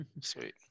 sweet